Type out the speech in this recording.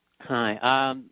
Hi